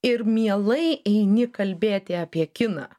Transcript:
ir mielai eini kalbėti apie kiną